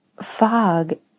fog